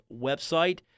website